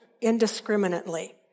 indiscriminately